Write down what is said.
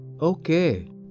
Okay